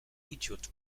idiot